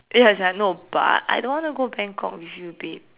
ya sia no but I don't want to go Bangkok with you babe